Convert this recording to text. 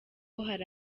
hari